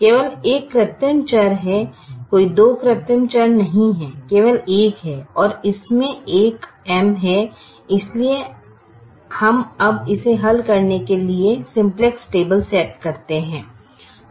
केवल एक कृत्रिम चर है कोई दो कृत्रिम चर नहीं हैं केवल एक है और इसमें एक M है इसलिए हम अब इसे हल करने के लिए सिम्प्लेक्स टेबल सेट करते हैं